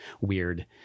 weird